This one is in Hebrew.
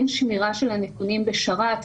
אין שמירה של הנתונים בשרת,